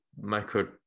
micro